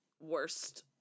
worst